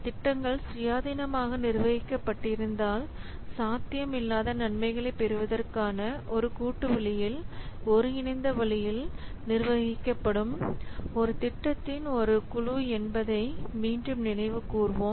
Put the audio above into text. திட்டங்கள் சுயாதீனமாக நிர்வகிக்கப்பட்டிருந்தால் சாத்தியமில்லாத நன்மைகளைப் பெறுவதற்கான ஒரு கூட்டு வழியில் ஒருங்கிணைந்த வழியில் நிர்வகிக்கப்படும் ஒரு திட்டத்தின் ஒரு குழு என்பதை மீண்டும் நினைவு கூர்வோம்